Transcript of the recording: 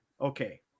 Okay